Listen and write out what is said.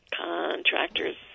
Contractors